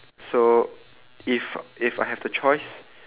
so if if I have the choice